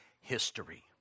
history